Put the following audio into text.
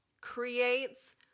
Creates